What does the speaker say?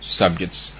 subjects